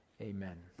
Amen